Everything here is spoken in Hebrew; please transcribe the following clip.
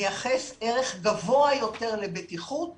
מייחס ערך גבוה יותר לבטיחות